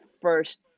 first